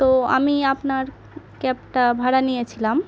তো আমি আপনার ক্যাবটা ভাড়া নিয়েছিলাম